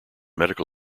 medical